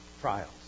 trials